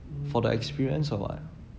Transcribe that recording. for the experience or what